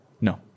No